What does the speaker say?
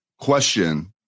Question